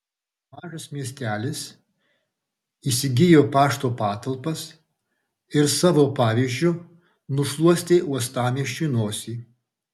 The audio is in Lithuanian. mažas miestelis įsigijo pašto patalpas ir savo pavyzdžiu nušluostė uostamiesčiui nosį